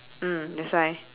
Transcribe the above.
mm that's why